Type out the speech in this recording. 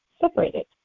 separated